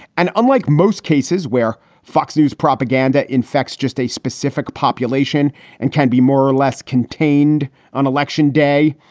and unlike most cases where fox news propaganda infects just a specific population and can be more or less contained on election day,